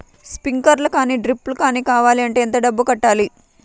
Sprinkler కానీ డ్రిప్లు కాని కావాలి అంటే ఎంత డబ్బులు కట్టాలి?